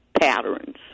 patterns